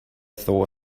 thor